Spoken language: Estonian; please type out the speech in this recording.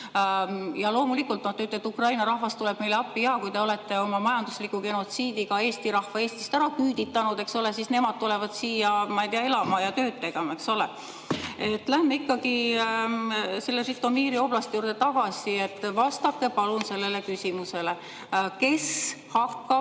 Loomulikult te ütlete, et Ukraina rahvas tuleb meile appi. Jaa, kui te olete oma majandusliku genotsiidiga Eesti rahva Eestist ära küüditanud, eks ole, siis nemad tulevad siia, ma ei tea, elama ja tööd tegema. Läheme ikkagi selle Žõtomõri oblasti juurde tagasi. Vastake palun sellele küsimusele: kes hakkab